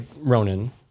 ronan